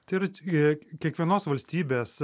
tai yra ti kiekvienos valstybės